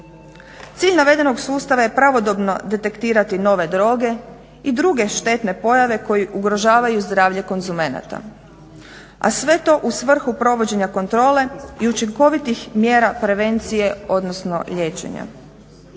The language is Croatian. Cilj navedenog sustava je pravodobno detektirati nove droge i druge štetne pojave koje ugrožavaju zdravlje konzumenata, a sve to u svrhu provođenja kontrole i učinkovitih mjera prevencije, odnosno liječenja.